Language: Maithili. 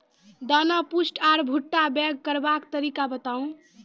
दाना पुष्ट आर भूट्टा पैग करबाक तरीका बताऊ?